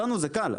אותנו זה קל,